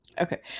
Okay